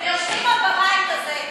ויושבים עוד בבית הזה.